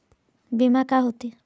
बीमा का होते?